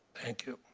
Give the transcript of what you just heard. thank you.